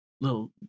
little